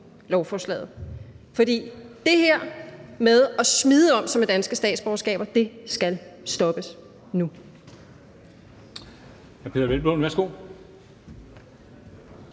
lovforslaget. For det her med at smide om sig med danske statsborgerskaber skal stoppes nu.